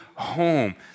home